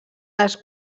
les